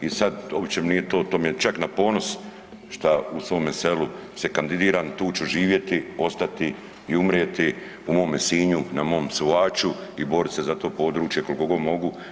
I sad uopće mi nije to, to mi je čak na ponos šta u svome selu se kandidiram, tu ću živjeti, ostati i umrijeti u mome Sinju, na mom Suhaču i borit se za to područje koliko god mogu.